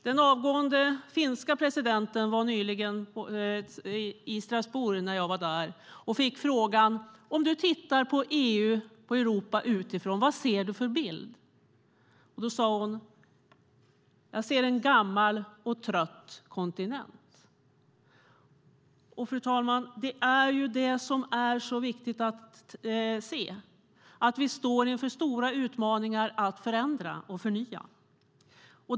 Den avgående finska presidenten var nyligen i Strasbourg när jag var där. Hon fick då frågan: Om du tittar på EU och Europa utifrån - vad ser du för bild? Hon sade: Jag ser en gammal och trött kontinent. Fru talman! Det är detta som är så viktigt att se. Vi står inför stora utmaningar när det gäller att förändra och förnya.